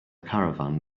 caravan